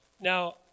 Now